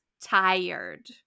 tired